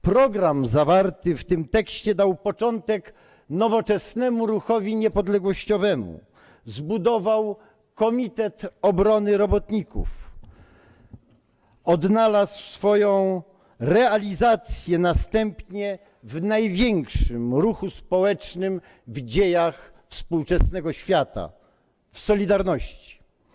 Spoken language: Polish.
Program zawarty w tym tekście dał początek nowoczesnemu ruchowi niepodległościowemu, zbudował Komitet Obrony Robotników, odnalazł następnie swoją realizację w największym ruchu społecznym w dziejach współczesnego świata - w „Solidarności”